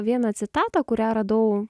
vieną citatą kurią radau